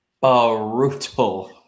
brutal